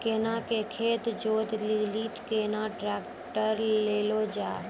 केला के खेत जोत लिली केना ट्रैक्टर ले लो जा?